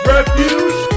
Refuge